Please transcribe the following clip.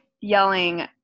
yelling